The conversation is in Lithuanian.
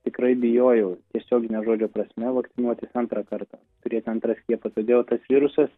tikrai bijojau tiesiogine žodžio prasme vakcinuotis antrą kartą turėti antrą skiepą todėl tas virusas